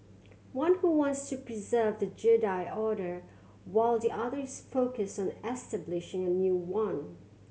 one who wants to preserve the Jedi Order while the other is focused on establishing a new one